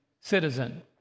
citizen